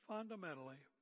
Fundamentally